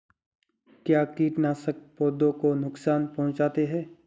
क्या कीटनाशक पौधों को नुकसान पहुँचाते हैं?